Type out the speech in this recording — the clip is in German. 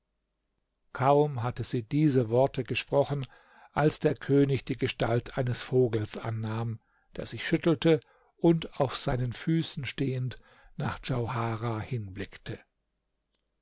kaum hatte sie diese worte gesprochen als der könig die gestalt eines vogels annahm der sich schüttelte und auf seinen füßen stehend nach djauharah hinblickte